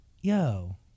yo